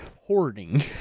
Hoarding